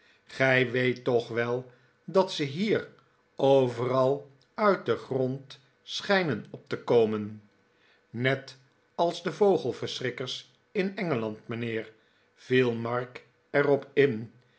gij weet toch wel dat ze hier overal uit den grond schijnen op te komen net als de vogelverschrikkers in engeland mijnheer viel mark er op in